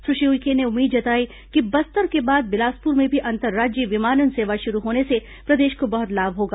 सुश्री उइके ने उम्मीद जताई कि बस्तर के बाद बिलासपुर में भी अंतर्राज्यीय विमानन सेवा शुरू होने से प्रदेश को बहुत लाभ होगा